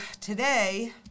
today